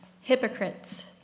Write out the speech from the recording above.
hypocrites